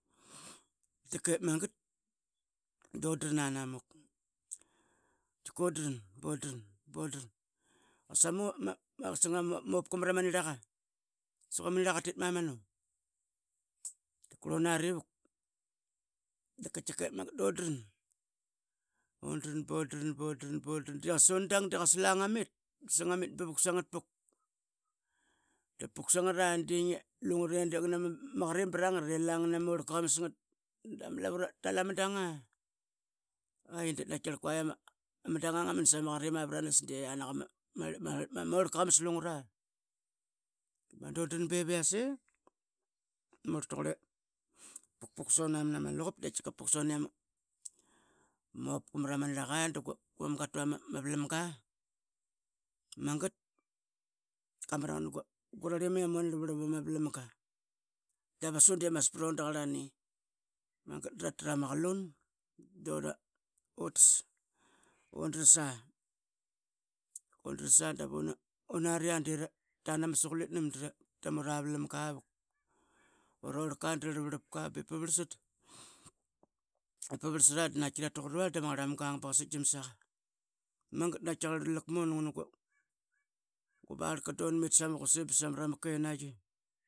Tkikep magat do drana namuk tkiko dran. bo dran. qasa mopka mrama nirlaga sque ama nirlaqa katkit mamanu qrlonari vut da qaitkike magat dodran. odran bo dran dap ma dang deqasa la ngamit bavuk sangat puk da puk sangra de ama qarim brangat ila ama orlka qamasngat damlavu talama danga oii davama danga ngaman sama qarima pranas diana ama orlka qamas lungara dodran beviase. murltugrle vukpuk sona mna malaqup vukpuk sone yiamopka mrama nirlqa dugmam kamu ama vlamga dqamraqan qurarlim yiam wana rlap rlap amavlamga davas unde maspron daqarlani magat tratra ma qalun don drasa. odrasa davonari de ran ama suqualitnam dramu rarlinga vuk. Ora urorlka dra rlaprlap ka beparlvart dratuqa ruarl dama ngaramamga kang baqa sautkmat naqa magat da lakmon ngungua barqa donmit sama qusim samra ma kenaiqi.